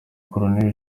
col